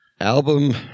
album